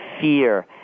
fear